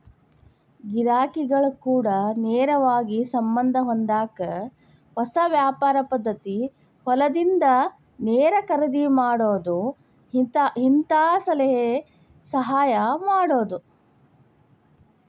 ಗಿರಾಕಿಗಳ ಕೂಡ ನೇರವಾಗಿ ಸಂಬಂದ ಹೊಂದಾಕ ಹೊಸ ವ್ಯಾಪಾರ ಪದ್ದತಿ ಹೊಲದಿಂದ ನೇರ ಖರೇದಿ ಮಾಡುದು ಹಿಂತಾ ಸಲಹೆ ಸಹಾಯ ಮಾಡುದು